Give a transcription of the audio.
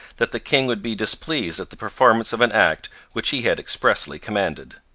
that the king would be displeased at the performance of an act which he had expressly commanded.